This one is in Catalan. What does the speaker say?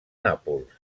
nàpols